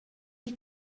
die